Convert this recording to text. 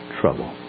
trouble